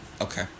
Okay